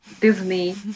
Disney